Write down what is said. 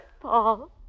Paul